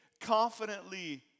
confidently